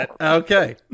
okay